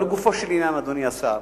אבל לגופו של עניין, אדוני השר,